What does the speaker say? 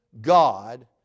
God